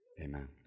Amen